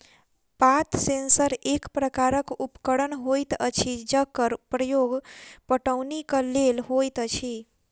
पात सेंसर एक प्रकारक उपकरण होइत अछि जकर प्रयोग पटौनीक लेल होइत अछि